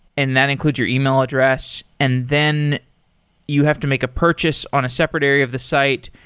and that includes your email address, and then you have to make a purchase on a separate area of the site,